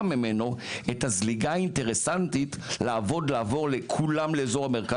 ממנו את הזליגה האינטרסנטית לעבור לעבוד כולם לאזור המרכז.